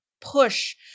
push